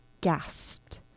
gasped